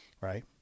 Right